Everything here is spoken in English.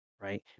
right